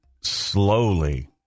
slowly